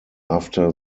after